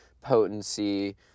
potency